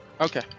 Okay